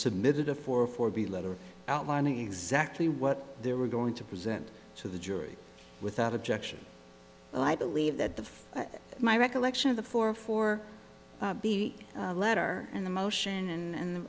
submitted a four for the letter outlining exactly what they were going to present to the jury without objection and i believe that the my recollection of the four or four letter in the motion and